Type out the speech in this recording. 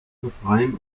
befreien